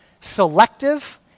selective